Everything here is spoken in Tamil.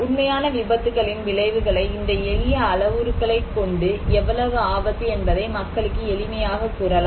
உண்மையான விபத்துகளின் விளைவுகளை இந்த எளிய அளவுருக்களை கொண்டு எவ்வளவு ஆபத்து என்பதை மக்களுக்கு எளிமையாக கூறலாம்